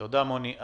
תודה, מוני.